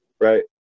right